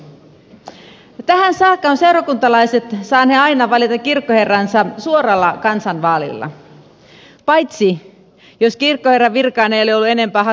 tähän saakka ovat seurakuntalaiset saaneet aina valita kirkkoherransa suoralla kansanvaalilla paitsi jos kirkkoherran virkaan ei ole ollut enempää hakijoita kuin yksi